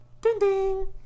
ding-ding